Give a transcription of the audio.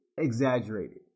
exaggerated